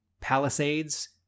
palisades